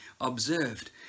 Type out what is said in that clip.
observed